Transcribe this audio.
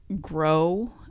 grow